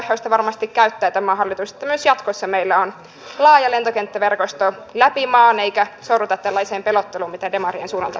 omistajaohjausta varmasti käyttää tämä hallitus jotta myös jatkossa meillä on laaja lentokenttäverkosto läpi maan eikä sorruta tällaiseen pelotteluun mitä demarien suunnalta kuuluu